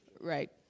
Right